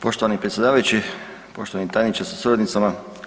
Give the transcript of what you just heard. Poštovani predsjedavajući, poštovani tajniče sa suradnicima.